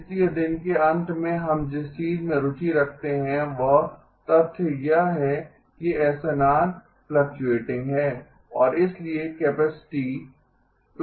इसलिए दिन के अंत में हम जिस चीज में रुचि रखते हैं वह तथ्य यह है कि एसएनआर फ्लुक्टुऐटिन्ग है और इसलिए कैपेसिटी फ्लुक्टुऐटिन्ग है